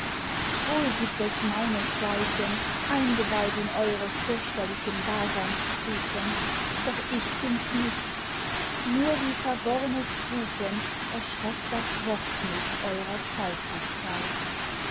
wohl gibt es meinesgleichen eingeweiht in eure fürchterlichen daseinsstufen doch ich bin's nicht nur wie verworrnes rufen erschreckt das wort mich eurer zeitlichkeit